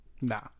Nah